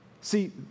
See